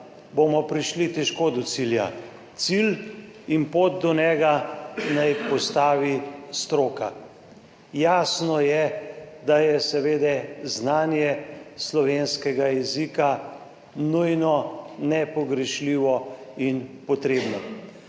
bomo prišli težko do cilja. Cilj in pot do njega naj postavi stroka. Jasno je, da je seveda znanje slovenskega jezika nujno, nepogrešljivo in potrebno.